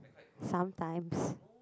sometimes